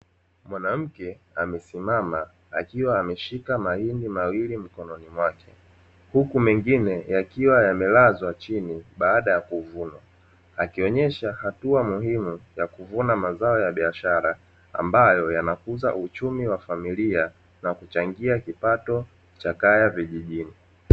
Mwanamke amesimama akiwa ameshika mahindi mawili mikononi mwake huku mengine yakiwa yamelazwa chini baada ya kuvunwa. Akionyesha hatua muhimu za kuvuna mazao ya biashara, ambayo yanakuza uchumi wa familia nakuchangia kipato cha kaya vijijini.